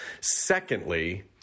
Secondly